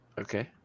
Okay